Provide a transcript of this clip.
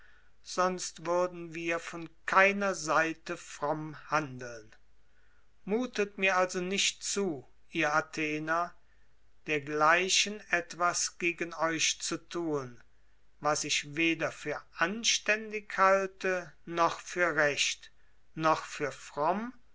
sonst würden wir von keiner seite fromm handeln mutet mir also nicht zu ihr athener dergleichen etwas gegen euch zu tun was ich weder für anständig halte noch für recht noch für fromm